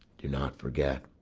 do not forget.